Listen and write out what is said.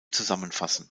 zusammenfassen